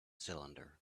cylinder